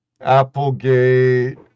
Applegate